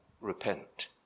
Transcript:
repent